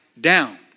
down